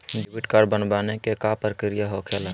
Debit card बनवाने के का प्रक्रिया होखेला?